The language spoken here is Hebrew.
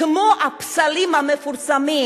כמו הפסלים המפורסמים,